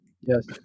Yes